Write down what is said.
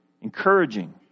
encouraging